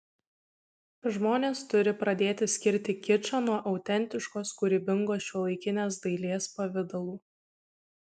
žmonės turi pradėti skirti kičą nuo autentiškos kūrybingos šiuolaikinės dailės pavidalų